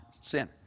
sin